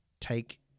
take